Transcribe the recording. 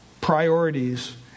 priorities